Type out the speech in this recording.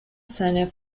seine